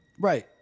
Right